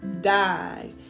die